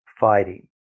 fighting